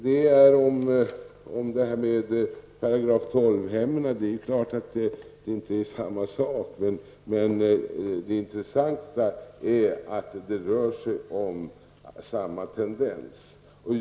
Det är klart att § 12-hemmen inte är detsamma som psykiatrisk vård, men det intressanta är att det rör sig om samma tendens.